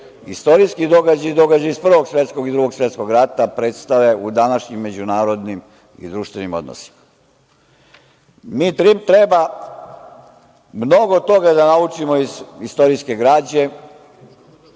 istorijski događaji i događaji iz Prvog i Drugog svetskog rata predstave u današnjim međunarodnim i društvenim odnosima. Mi treba mnogo toga da naučimo iz istorijske građe